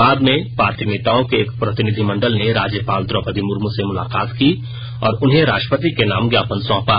बाद में पार्टी नेताओं के एक प्रतिनिधिमंडल ने राज्यपाल द्रौपदी मुर्मू से मुलाकात की और उन्हें राष्ट्रपति के नाम ज्ञापन सौंपा